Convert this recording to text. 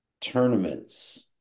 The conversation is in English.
tournaments